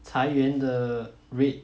裁员的 rate